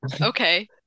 Okay